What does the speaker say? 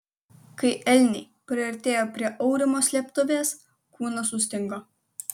kai elniai priartėjo prie aurimo slėptuvės kūnas sustingo